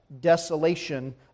desolation